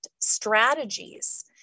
strategies